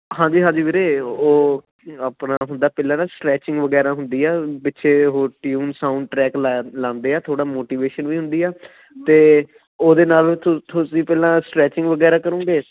ਹਾਂਜੀ ਹਾਂਜੀ ਵੀਰੇ ਉਹ ਆਪਣਾ ਹੁੰਦਾ ਪਹਿਲਾਂ ਨਾ ਸਟ੍ਰੈਚਿੰਗ ਵਗੈਰਾ ਹੁੰਦੀ ਹੈ ਪਿੱਛੇ ਉਹ ਟਿਊਨ ਸਾਊਂਡ ਟ੍ਰੈਕ ਲਾਇਆ ਲਾਉਂਦੇ ਹੈ ਥੋੜ੍ਹਾ ਮੋਟੀਵੇਸ਼ਨ ਵੀ ਹੁੰਦੀ ਹੈ ਅਤੇ ਉਹਦੇ ਨਾਲ ਤੁਸੀਂ ਪਹਿਲਾਂ ਸਟ੍ਰੈਚਿੰਗ ਵਗੈਰਾ ਕਰੁੰਗੇ